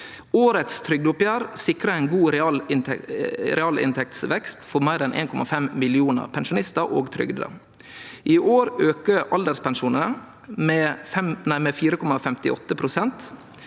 Årets trygdeoppgjør sikrer en god realinntektsvekst for mer enn en og en halv million pensjonister og trygdede. I år øker alderspensjonen med 4,58 pst.,